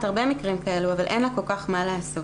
הרבה מקרים כאלה אבל אין לה כל כך מה לעשות.